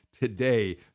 today